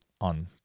on